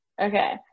okay